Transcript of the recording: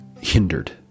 hindered